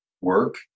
work